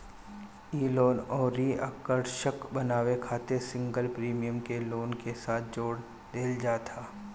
इ लोन के अउरी आकर्षक बनावे खातिर सिंगल प्रीमियम के लोन के साथे जोड़ देहल जात ह